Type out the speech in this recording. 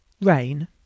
rain